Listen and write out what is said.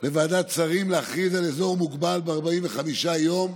לוועדת שרים להכריז על אזור מוגבל, ב-45 יום.